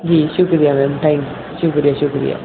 جی شکریہ ma'am thank شکریہ شکریہ